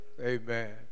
Amen